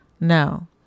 No